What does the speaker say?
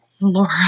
Laura